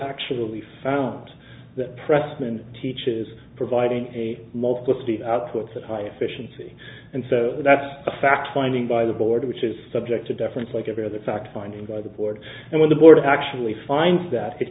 actually found that pressman teaches providing a multiplicity outputs of high efficiency and so that's a fact finding by the board which is subject to different like every other fact finding by the board and when the board actually finds that it